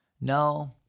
No